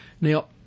Now